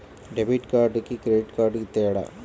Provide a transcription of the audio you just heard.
Debit కార్డుకి credit కార్డుకి తేడా?